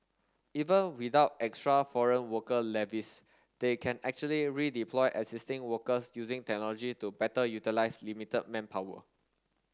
even without extra foreign worker levies they can actually redeploy existing workers using technology to better utilise limited manpower